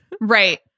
Right